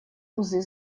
узы